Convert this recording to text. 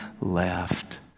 left